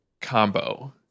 Combo